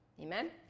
Amen